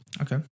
Okay